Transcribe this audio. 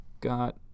got